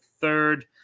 third